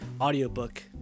audiobook